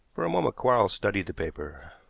for a moment quarles studied the paper.